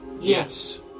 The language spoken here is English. Yes